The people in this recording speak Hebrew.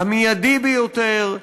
המיידי ביותר,